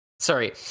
Sorry